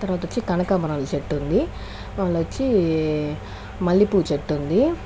తర్వాత వచ్చేసి కనకంబరాలు చెట్టు ఉంది మల్లొచ్చి మల్లెపువ్వు చెట్టు ఉంది